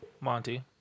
Monty